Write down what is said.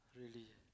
really